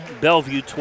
Bellevue